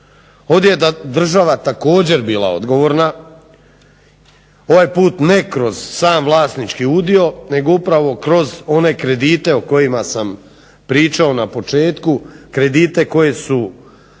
Ovdje je država također bila odgovorna. Ovaj put ne kroz sam vlasnički udio nego upravo kroz one kredite o kojima sam pričao na početku, kredite koji su